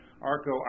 Arco